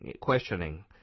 questioning